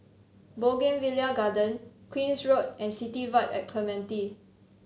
Bougainvillea Garden Queen's Road and City Vibe at Clementi